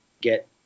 get